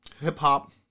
hip-hop